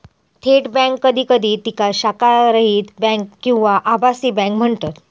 थेट बँक कधी कधी तिका शाखारहित बँक किंवा आभासी बँक म्हणतत